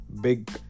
big